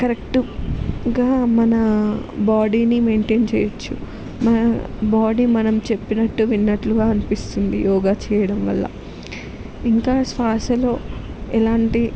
కరెక్ట్గా మన బాడీని మెయింటైన్ చేయొచ్చు మన బాడీ మనం చెప్పినట్టు విన్నట్లుగా అనిపిస్తుంది యోగా చెయ్యడం వల్ల ఇంకా శ్వాసలో ఎలాంటి